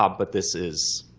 um but this is